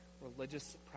religious